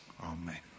Amen